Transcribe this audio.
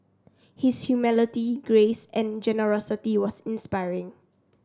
his humility grace and generosity was inspiring